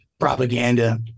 propaganda